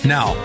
Now